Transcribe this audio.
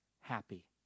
happy